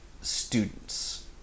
students